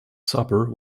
supper